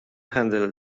handle